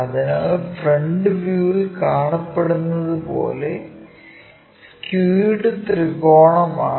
അതിനാൽ ഫ്രണ്ട് വ്യൂവിൽ കാണപ്പെടുന്നത് പോലെ സ്കൂവ്ഡ് ത്രികോണമാണ്